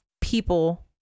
people